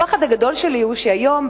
הפחד הגדול שלי הוא שהיום,